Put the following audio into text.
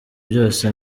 byose